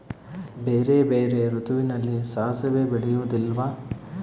ಬೇರೆ ಬೇರೆ ಋತುವಿನಲ್ಲಿ ಸಾಸಿವೆ ಬೆಳೆಯುವುದಿಲ್ಲವಾ?